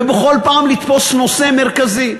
ובכל פעם לתפוס נושא מרכזי.